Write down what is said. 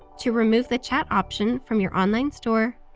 to remove the chat option from your online store,